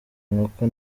inkoko